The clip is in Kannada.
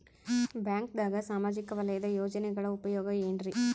ಬ್ಯಾಂಕ್ದಾಗ ಸಾಮಾಜಿಕ ವಲಯದ ಯೋಜನೆಗಳ ಉಪಯೋಗ ಏನ್ರೀ?